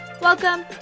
Welcome